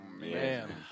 man